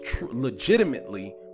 legitimately